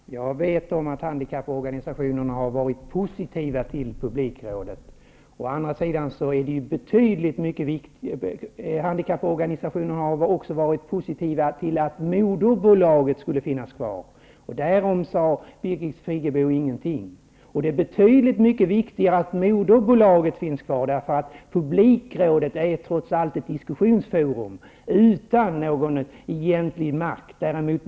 Herr talman! Jag vet att handikapporganisationerna varit positiva till publikrådet. De har också varit positiva till att moderbolaget skulle finnas kvar. Därom sade Birgit Friggebo ingenting. Det är mycket viktigare att moderbolaget finns kvar. Publikrådet är trots allt ett diskussionsforum utan egentlig makt.